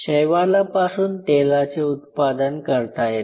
शैवालापासून तेलाचे उत्पादन करता येते